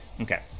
Okay